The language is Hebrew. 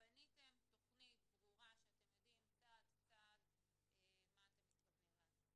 בניתם תכנית ברורה שאתם יודעים צעד צעד מה אתם מתכוונים לעשות.